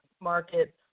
market